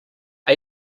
you